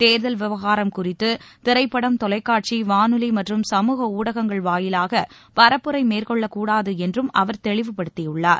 தேர்தல் விவகாரம் குறித்து திரைப்படம் தொலைக்காட்சி வானொலி மற்றும் சமூக ஊடகங்கள் வாயிலாக பரப்புரை மேற்கொள்ளக் கூடாது என்று அவர் தெளிவுபடுத்தியுள்ளார்